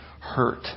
hurt